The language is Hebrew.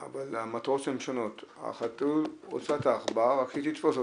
מה שנתן לנו באמת את העוצמה להבין --- עם מי עשיתם את